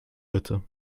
bitte